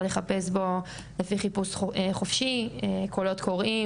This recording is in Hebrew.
לחפש בו לפי חיפוש חופשי קולות קוראים,